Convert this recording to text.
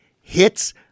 hits